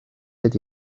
ydy